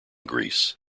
greece